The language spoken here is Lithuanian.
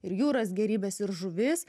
ir jūros gėrybės ir žuvis